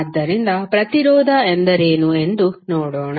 ಆದ್ದರಿಂದ ಪ್ರತಿರೋಧ ಎಂದರೇನು ಎಂದು ನೋಡೋಣ